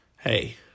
hey